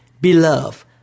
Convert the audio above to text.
beloved